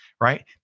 right